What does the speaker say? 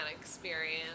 experience